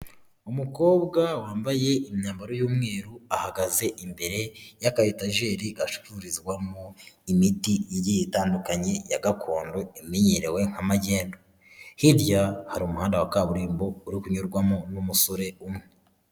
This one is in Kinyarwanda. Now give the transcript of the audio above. Umukobwa wambaye imyambaro y'umweru ahagaze imbere ya aka etajeri gacururizwamo imiti igiye itandukanye ya gakondo imenyerewe nka magendu, hirya hari umuhanda wa kaburimbo uri kunyurwamo n'umusore umwe.